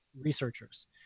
researchers